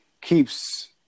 keeps